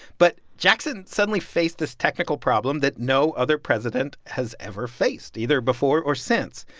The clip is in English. but jackson suddenly faced this technical problem that no other president has ever faced either before or since.